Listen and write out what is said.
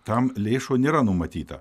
tam lėšų nėra numatyta